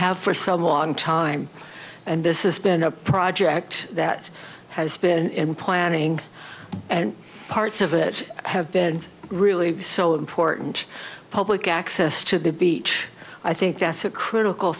have for some long time and this is been a project that has been planning and parts of it have been really so important public access to the beach i think that's a critical